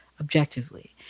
objectively